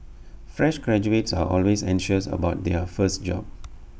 fresh graduates are always anxious about their first job